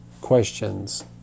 Questions